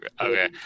Okay